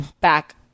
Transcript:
back